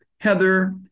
Heather